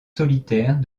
solitaire